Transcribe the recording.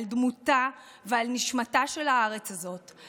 על דמותה ועל נשמתה של הארץ הזאת,